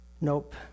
Nope